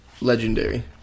Legendary